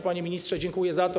Panie ministrze, dziękuję za to.